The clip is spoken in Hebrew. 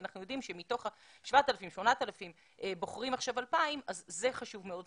אנחנו יודעים שמתוך ה-8,000 בוחרים עכשיו 2000 אז זה חשוב מאוד.